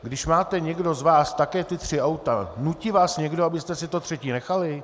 Když máte někdo z vás také ta tři auta, nutí vás někdo, abyste si to třetí nechali?